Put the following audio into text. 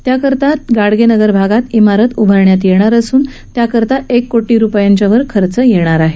यासाठी गाडगेनगर भागात इमारत उभारली जाणार असून त्याकरता एक कोटी रुपयांच्यावर खर्च येणार आहे